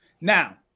Now